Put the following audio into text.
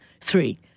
three